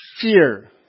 fear